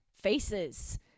faces